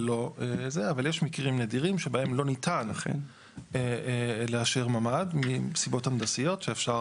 אבל יש מקרים נדירים שבהם לא ניתן אכן לאשר ממ"ד מסיבות הנדסיות שאפשר